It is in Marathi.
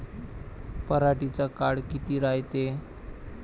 पराटीचा काळ किती रायते?